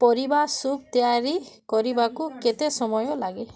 ପରିବା ସୁପ୍ ତିଆରି କରିବାକୁ କେତେ ସମୟ ଲାଗେ